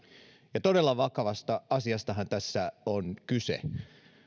ja todella vakavasta asiastahan tässä on kyse